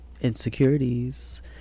insecurities